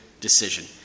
decision